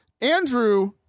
Andrew